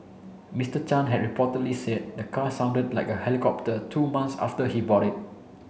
Mister Chan had reportedly said the car sounded like a helicopter two months after he bought it